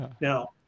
now